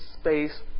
space